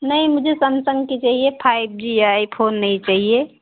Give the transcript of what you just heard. नहीं मुझे सैमसंग कि चाहिए फाइब जी आई फोन नहीं चाहिए